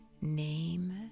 Name